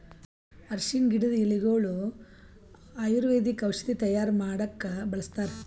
ಅರ್ಷಿಣ್ ಗಿಡದ್ ಎಲಿಗೊಳು ಆಯುರ್ವೇದಿಕ್ ಔಷಧಿ ತೈಯಾರ್ ಮಾಡಕ್ಕ್ ಬಳಸ್ತಾರ್